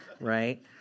Right